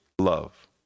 love